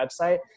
website